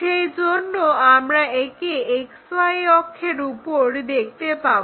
সেই জন্য আমরা একে XY অক্ষের ওপর দেখতে পাবো